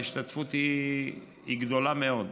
ההשתתפות היא גדולה מאוד.